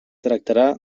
tractarà